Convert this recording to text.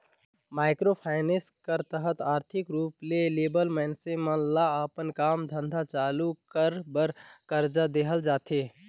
micro finance कर तहत आरथिक रूप ले लिबल मइनसे मन ल अपन काम धंधा चालू कर बर करजा देहल जाथे